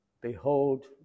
Behold